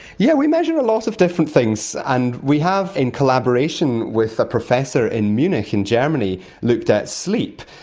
yeah we measure a lot of different things, and we have, in collaboration with a professor in munich in germany, looked at sleep,